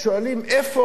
שואלים: איפה